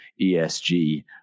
ESG